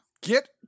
get